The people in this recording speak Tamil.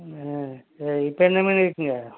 ஆ சரி இப்போ என்ன மீன் இருக்குதுங்க